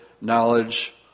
knowledge